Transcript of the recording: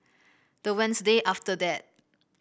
the Wednesday after that